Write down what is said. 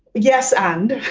yes and